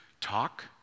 talk